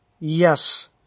Yes